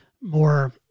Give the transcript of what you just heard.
More